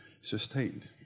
sustained